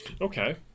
Okay